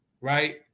right